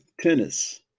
Tennis